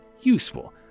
useful